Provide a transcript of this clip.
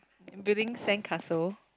building sand castle